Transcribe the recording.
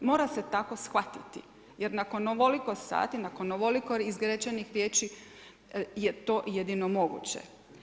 Mora se tako shvatiti jer nakon ovoliko sati, nakon ovoliko izrečenih riječi je to jedino moguće.